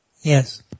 Yes